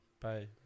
Bye